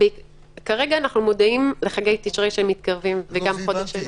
כרגע אנחנו מודעים לחגי תשרי שמתקרבים וגם חודש אלול.